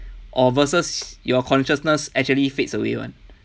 or versus your consciousness actually fades away [one]